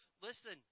listen